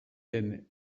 den